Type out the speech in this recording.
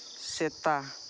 ᱥᱮᱛᱟ